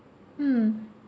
mm